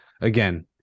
Again